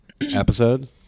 episode